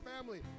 family